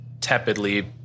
tepidly